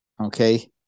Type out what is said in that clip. okay